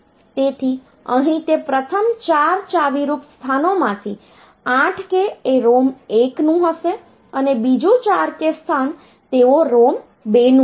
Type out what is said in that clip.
તેથી અહીં તે પ્રથમ 4 ચાવીરૂપ સ્થાનોમાંથી 8 k એ ROM 1 નું હશે અને બીજું 4 k સ્થાન તેઓ ROM 2 નું હશે